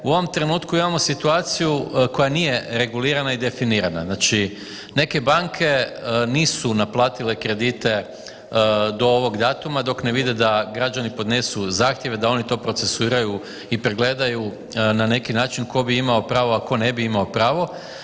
U ovom trenutku imamo situaciju koja nije regulirana i definirana, znači neke banke nisu naplatile kredite do ovog datuma dok ne vide da građani podnesu zahtjeve da oni to procesuiraju i pregledaju na neki način tko bi imao pravo, a tko ne bi imao pravo.